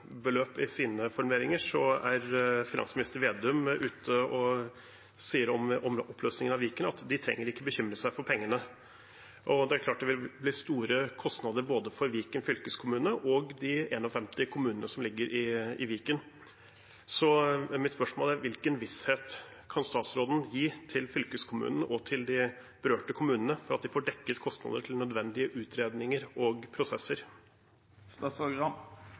i sine formuleringer, er finansminister Slagsvold Vedum ute og sier om oppløsningen av Viken at de ikke trenger å bekymre seg for pengene. Det er klart det vil bli store kostnader for både Viken fylkeskommune og de 51 kommunene som ligger i Viken. Mitt spørsmål er: Hvilken visshet kan statsråden gi til fylkeskommunen og de berørte kommunene om at de får dekket kostnadene til nødvendige utredninger og prosesser?